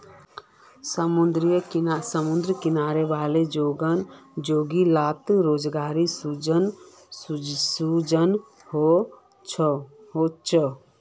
समुद्री किनारा वाला जोगो लात रोज़गार सृजन होचे